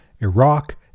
Iraq